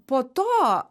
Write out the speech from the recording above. po to